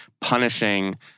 punishing